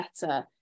better